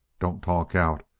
don't talk out.